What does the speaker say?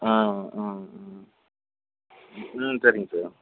ஆ ம் ம் ம் சரிங்க சார்